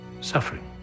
Suffering